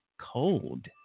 cold